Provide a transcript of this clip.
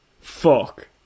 fuck